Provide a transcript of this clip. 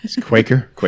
Quaker